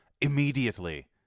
Immediately